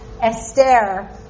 Esther